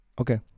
Okay